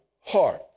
heart